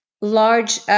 large –